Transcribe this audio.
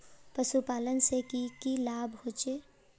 पशुपालन से की की लाभ होचे?